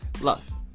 love